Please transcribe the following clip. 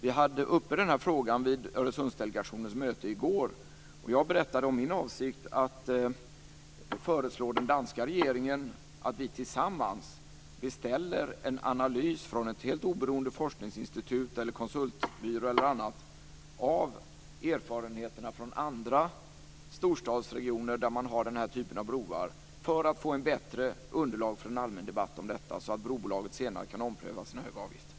Vi hade den här frågan uppe vid Öresundsdelegationens möte i går, och jag berättade om min avsikt att föreslå den danska regeringen att vi tillsammans beställer en analys från ett helt oberoende forskningsinstitut, en konsultbyrå eller något annat, av erfarenheterna från andra storstadsregioner där man har den här typen av broar för att få ett bättre underlag för en allmän debatt om detta, så att brobolaget senare kan ompröva sina höga avgifter.